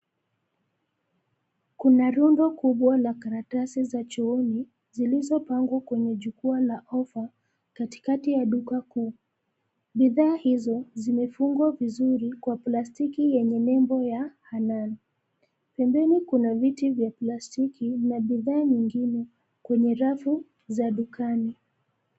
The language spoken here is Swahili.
Kuna rundo kubwa la karatasi za chooni zilizopangwa kwenye jukwaa la offer katikati ya duka kuu. Bidhaa hizo zimefungwa vizuri kwa plastiki yenye lebo ya Hanan. Pembeni kuna viti vya plastiki na bidhaa nyingine kwenye rafu za dukani.